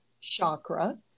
chakra